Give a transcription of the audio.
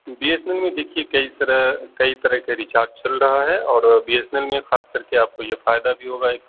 be S N L میں دیکھیے کئی طرح کئی طرح کے ریچارج چل رہا ہے اور بی ایس این ایل میں خاص کر کے آپ کو یہ فائدہ بھی ہوگا ایک